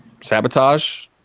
Sabotage